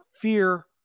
fear